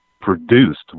produced